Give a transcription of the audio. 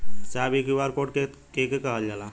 साहब इ QR code के के कहल जाला?